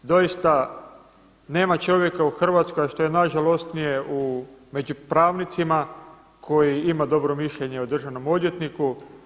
Doista nema čovjeka u Hrvatskoj, a što je najžalosnije među pravnicima koji ima dobro mišljenje o državnom odvjetniku.